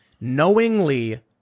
knowingly